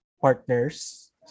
partners